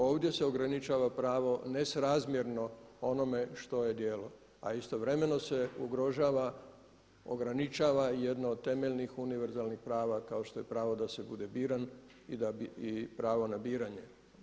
Ovdje se ograničava pravo nesrazmjerno onome što je djelo a istovremeno se ugrožava, ograničava i jedno od temeljnih univerzalnih prava kao što je pravo da se bude biran i pravo na biranje.